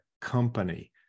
company